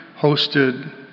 hosted